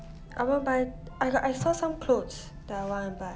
I wanna buy I got I saw some clothes that I wanna buy